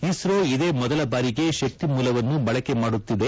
ಇಸ್ತೋ ಇದೇ ಮೊದಲ ಬಾರಿಗೆ ಶಕ್ತಿಮೂಲವನ್ನು ಬಳಕೆ ಮಾಡುತ್ತಿದೆ